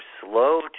slow